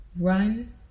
Run